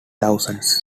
thousands